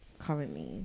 currently